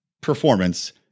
performance